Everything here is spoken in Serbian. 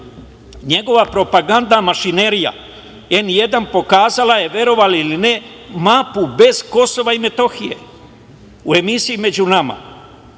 Njegova propagandna mašinerija N1 pokazala je, verovali ili ne, mapu bez Kosova i Metohije u emisiji „Među nama“